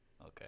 Okay